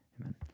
Amen